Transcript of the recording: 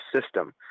system